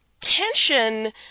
tension